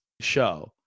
show